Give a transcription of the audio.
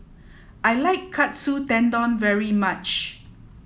I like Katsu Tendon very much